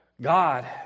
God